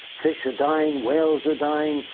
fish are dying, whales are dying,